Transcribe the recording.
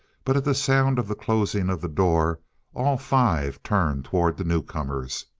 but at the sound of the closing of the door all five turned toward the newcomers,